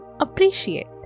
appreciate